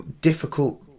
difficult